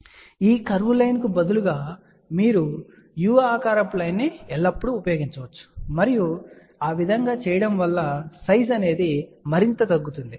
కాబట్టి ఈ curve line కు బదులుగా మీరు ఎల్లప్పుడూ u ఆకార లైన్ ను ఉపయోగించవచ్చు మరియు ఆ విధంగా చేయడం వల్ల సైజు మరింత తగ్గుతుంది